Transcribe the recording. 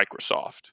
Microsoft